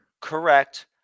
Correct